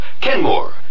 Kenmore